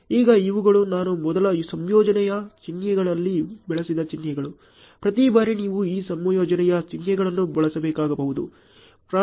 ಈಗ ಇವುಗಳು ನಾನು ಮೊದಲು ಸಂಯೋಜನೆಯ ಚಿಹ್ನೆಗಳಲ್ಲಿ ಬಳಸಿದ ಚಿಹ್ನೆಗಳು ಪ್ರತಿ ಬಾರಿ ನೀವು ಈ ಸಂಯೋಜನೆಯ ಚಿಹ್ನೆಗಳನ್ನು ಬಳಸಬೇಕಾಗಬಹುದು